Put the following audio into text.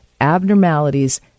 abnormalities